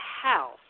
house